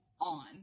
on